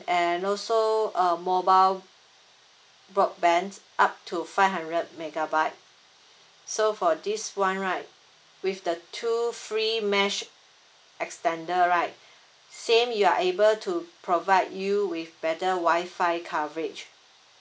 and also a mobile broadband up to five hundred megabyte so for this [one] right with the two free mesh extender right same you are able to provide you with better Wi-Fi coverage